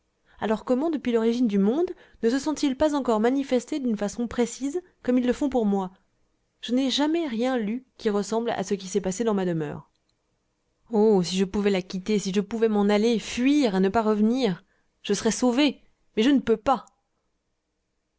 alors comment depuis l'origine du monde ne se sont-ils pas encore manifestés d'une façon précise comme ils le font pour moi je n'ai jamais rien lu qui ressemble à ce qui s'est passé dans ma demeure oh si je pouvais la quitter si je pouvais m'en aller fuir et ne pas revenir je serais sauvé mais je ne peux pas